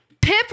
Pip